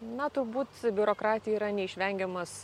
na turbūt biurokratija yra neišvengiamas